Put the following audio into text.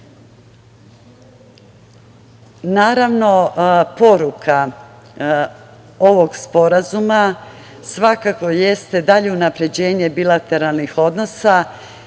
nas. Naravno, poruka ovog sporazuma svakako jeste dalje unapređenje bilateralnih odnosa